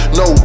no